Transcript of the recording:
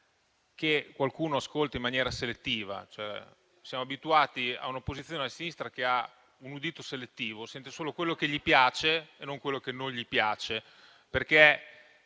che qualcuno ascolta in maniera selettiva. Siamo abituati a un'opposizione a sinistra che ha un udito selettivo, cioè sente solo quello che gli piace e non quello che non gli piace.